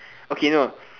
okay no